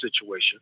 situation